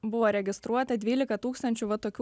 buvo registruota dvylika tūkstančių va tokių